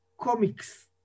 comics